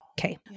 Okay